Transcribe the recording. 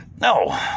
No